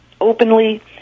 Openly